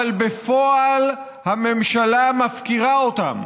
אבל בפועל היא מפקירה אותם.